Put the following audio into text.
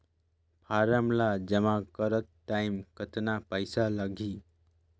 Form ला जमा करत टाइम कतना पइसा लगही?